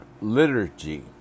liturgy